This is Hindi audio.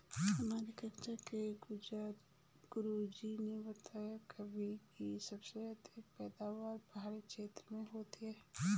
हमारी कक्षा के गुरुजी ने बताया कीवी की सबसे अधिक पैदावार पहाड़ी क्षेत्र में होती है